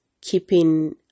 keeping